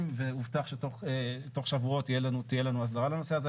והובטח שתוך שבועות תהיה לנו הסדרה לנושא הזה.